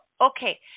okay